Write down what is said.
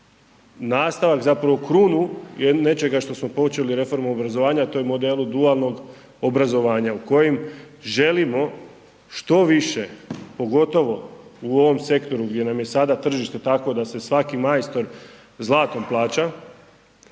nastavak, zapravo krunu nečega što smo počeli reformom obrazovanja, a to je modelu dualnog obrazovanja u kojem želimo što više pogotovo u ovom sektoru gdje nam je sada tržište takvo da se svaki majstor zlatom plaća